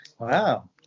Wow